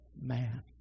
man